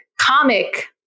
comic